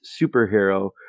superhero